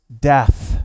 death